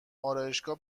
آرایشگاه